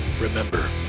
Remember